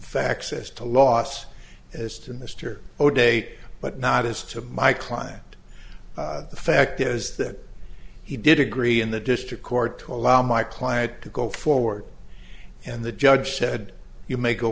as to loss as to mr o'day but not as to my client the fact is that he did agree in the district court to allow my client to go forward and the judge said you may go